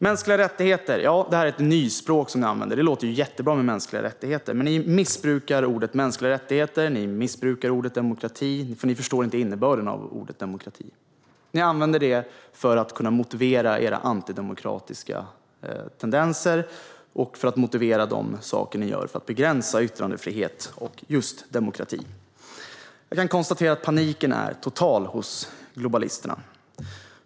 "Mänskliga rättigheter" - det här är ett nyspråk ni använder. Det låter ju jättebra med mänskliga rättigheter, men ni missbrukar begreppet. Ni missbrukar även ordet "demokrati", eftersom ni inte förstår innebörden av det. Ni använder det ordet för att kunna motivera era antidemokratiska tendenser och för att motivera de saker ni gör för att begränsa yttrandefrihet och just demokrati. Jag kan konstatera att paniken är total hos globalisterna.